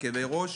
כאב ראש,